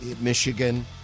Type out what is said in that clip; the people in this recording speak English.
Michigan